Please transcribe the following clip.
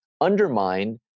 undermine